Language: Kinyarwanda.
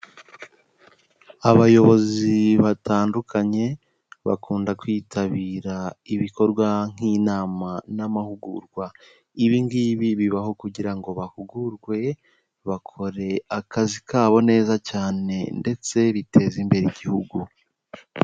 Abayobozi batandukanye bakunda kwitabira ibikorwa nk'inama n'amahugurwa, ibingibi bibaho kugira ngo bahugurwe bakore akazi kabo neza cyane ndetse biteza imbere igihugu.